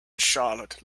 charlotte